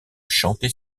chanter